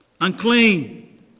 unclean